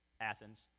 Athens